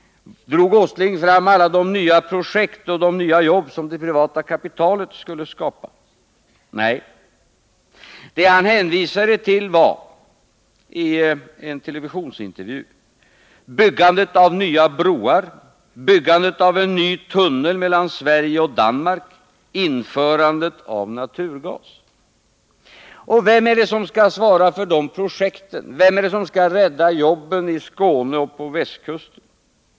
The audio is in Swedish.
Drog Nils Åsling fram alla de nya projekt och de nya jobb som det privata kapitalet skulle skapa? Nej. Vad han hänvisade till i en TV-intervju var byggandet av nya broar, byggandet av en ny tunnel mellan Sverige och Danmark, införandet av naturgas. Och vem skall svara för de projekten? Vem skall rädda jobben i Skåne och på västkusten?